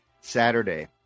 Saturday